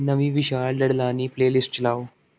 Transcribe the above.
ਨਵੀਂ ਵਿਸ਼ਾਲ ਡਡਲਾਨੀ ਪਲੇਅਲਿਸਟ ਚਲਾਓ